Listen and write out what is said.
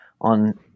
on